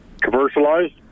commercialized